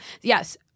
Yes